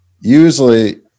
Usually